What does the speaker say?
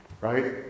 right